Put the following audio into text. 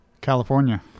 California